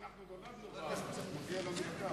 אנחנו נולדנו כאן.